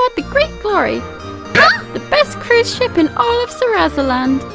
but the great glory the best cruise ship in all of sarasaland!